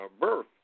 birth